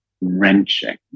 wrenching